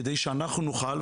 כדי שאנחנו נוכל,